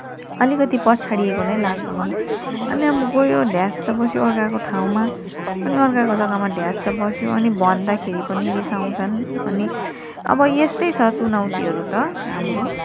अलिकति पछाडिएको नै लाग्छ मलाई अनि अब गयो ड्यास्स बस्यो अर्काको ठाउँमा अनि अर्काको जग्गामा ड्यास्स बस्यो अनि भन्दाखेरि पनि रिसाउँछन् अनि अब यस्तै छ चुनौतीहरू त हाम्रो